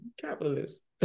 capitalist